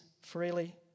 freely